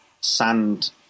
sand